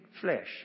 flesh